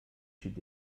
should